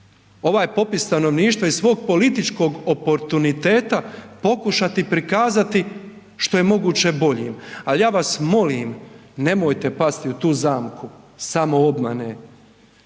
ovaj popis stanovništva i svog političkog oportuniteta pokušati prikazati što je moguće boljim. Ali ja vas molim, nemojte pasti u tu zamku samoobmane